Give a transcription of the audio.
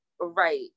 right